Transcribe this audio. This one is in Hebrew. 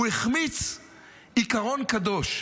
הוא החמיץ עיקרון קדוש.